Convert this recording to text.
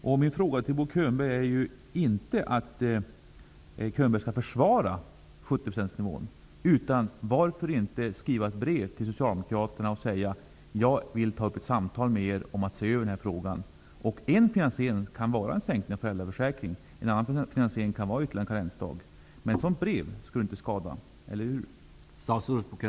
Jag kräver inte med min fråga att Bo Könberg skall försvara 70-procentsnivån. Men varför inte skriva ett brev till Socialdemokraterna och säga: Jag vill ha ett samtal med er om en översyn i den här frågan. En finansiering kan vara sänkt föräldraförsäkring. En annan finansiering kan vara att vi har ytterligare en karensdag. Ett sådant här brev skulle inte skada, eller hur?